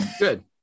Good